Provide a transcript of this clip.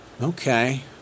Okay